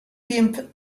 pimp